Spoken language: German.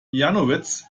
janowitz